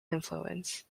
influence